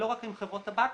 לא רק עם חברות טבק,